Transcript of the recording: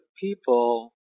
people